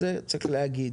את זה צריך להגיד.